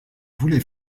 voulait